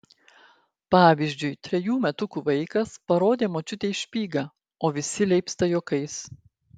pavyzdžiui trejų metukų vaikas parodė močiutei špygą o visi leipsta juokais